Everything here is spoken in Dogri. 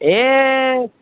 एह्